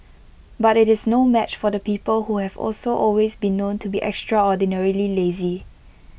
but IT is no match for the people who have also always been known to be extraordinarily lazy